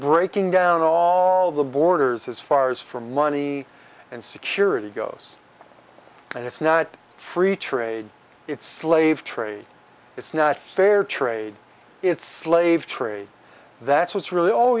breaking down all of the borders as far as for money and security goes and it's not free trade it's slave trade it's not fair trade it's late trade that's what's really